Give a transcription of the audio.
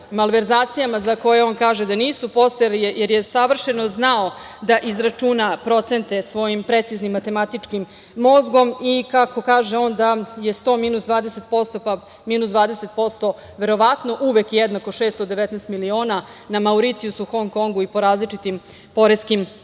malverzacijama za koje on kaže da nisu postojale, jer je savršeno znao da izračuna procente svojim preciznim matematičkim mozgom i kako kaže on da je 100 minus 20% pa minus 20% verovatno uvek jednako 619 miliona na Mauricijusu, Hong Kongu i po različitim poreskim